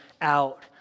out